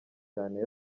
cyane